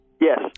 Yes